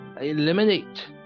eliminate